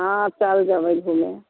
हँ चलि जयबै घुमे